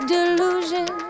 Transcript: Delusion